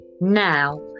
Now